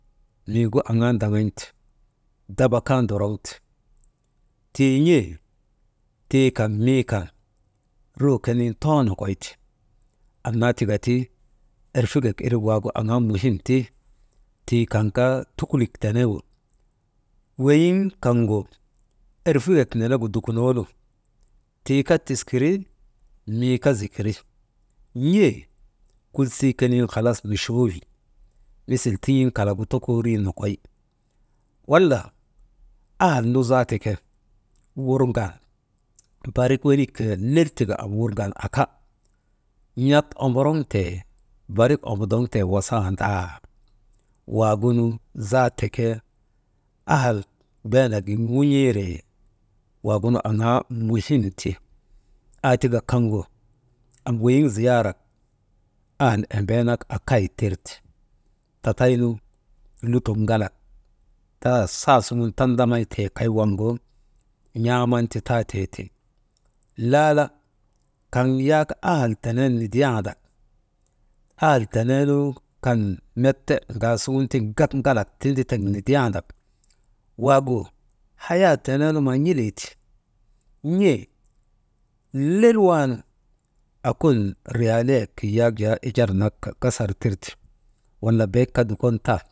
Miigu aŋaa ndaŋan̰te, daba kaa ndoroŋte, tii n̰ee, tii kan mii kan ru konin too nokoy ti, annnaa tika erfikek irik waagu aŋaa muhimti, tii kan kaa tukulik tenegu weyiŋ kaŋgu erfikek nenegu dukunoonu, tii kaa tikiiri mii kaa zikiri, n̰ee kulsii konin halas nuchoowi, misil tin̰iŋ kalagu tokoorii nokoy, wala ahal nu zaata ke wurŋan barik wenik lel tika am wurŋan aka, n̰at omboroŋtee, barik ombodoŋtee wasaandaa, waagunu zaateke ahal beenegin ŋun̰iiree, waagunu aŋaa muhimti, aa tika kaŋgu am weyiŋ ziyaarak ahal embeenak akay tirte, taataynu lutok ŋalak ta sasuŋun tandamaytee kay waŋgu n̰aaman ti taatee ti, laala kaŋ yak ahal tenen nidiyanda, ahal tenen kan met ŋaasuŋun tiŋ met gak ŋalak tinditek nidiyandak, waagu hayaa teneenu maa n̰ilii ti, n̰e lel wan akun riyalayek ijarnak gasar tirte, wala bee kaa dukontan.